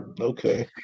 Okay